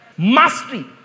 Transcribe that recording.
Mastery